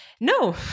no